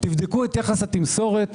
תבדקו את יחס התמסורת,